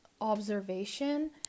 observation